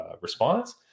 response